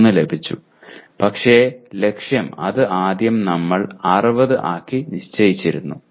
3 ലഭിച്ചു പക്ഷേ ലക്ഷ്യം അത് ആദ്യം തന്നെ നമ്മൾ 60 ആക്കി നിശ്ചയിച്ചിരുന്നു